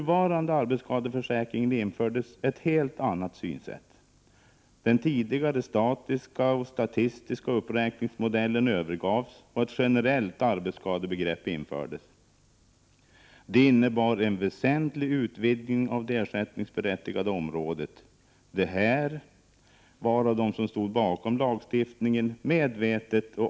ven uagare stavsvuska upprakmingsmogenen overgavs, ocn et generellt arbetsskadebegrepp infördes. Det innebar en väsentlig utvidgning av det ersättningsberättigade området. Det var medvetet och avsett av dem som stod bakom lagstiftningen.